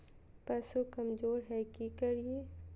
पशु कमज़ोर है कि करिये?